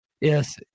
Yes